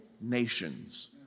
nations